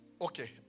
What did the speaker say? okay